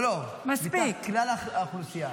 לא, לא, מתוך כלל האוכלוסייה.